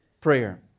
prayer